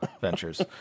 ventures